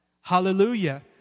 Hallelujah